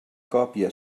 còpia